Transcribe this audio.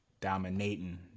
Dominating